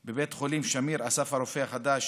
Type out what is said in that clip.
בבית חולים שמיר אסף הרופא החדש,